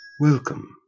Welcome